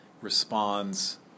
responds